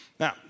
Now